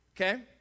Okay